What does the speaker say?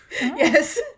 Yes